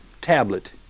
tablet